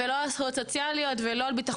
לא על זכויות סוציאליות ולא על ביטחון